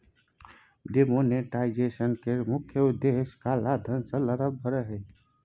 demonetisation केर मुख्य उद्देश्य काला धन सँ लड़ब रहय